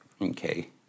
Okay